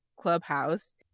Clubhouse